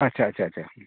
ᱟᱪᱪᱷᱟ ᱟᱪᱪᱷᱟ ᱟᱪᱪᱷᱟ